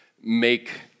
make